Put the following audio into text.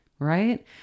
right